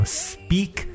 speak